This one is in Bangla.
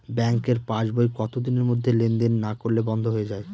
ব্যাঙ্কের পাস বই কত দিনের মধ্যে লেন দেন না করলে বন্ধ হয়ে য়ায়?